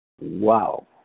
wow